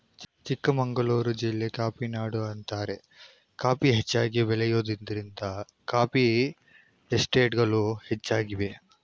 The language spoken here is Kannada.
ಚಿಕ್ಕಮಗಳೂರು ಜಿಲ್ಲೆ ಕಾಫಿನಾಡು ಅಂತಾರೆ ಕಾಫಿ ಹೆಚ್ಚಾಗಿ ಬೆಳೆಯೋದ್ರಿಂದ ಕಾಫಿ ಎಸ್ಟೇಟ್ಗಳು ಹೆಚ್ಚಾಗಿವೆ